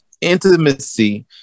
intimacy